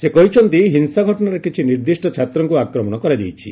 ସେ କହିଛନ୍ତି ହିଂସା ଘଟଣାରେ କିଛି ନିର୍ଦ୍ଦିଷ୍ଟ ଛାତ୍ରଙ୍କୁ ଆକ୍ରମଣ କରାଯାଇଛି